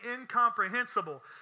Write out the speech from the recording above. incomprehensible